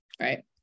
Right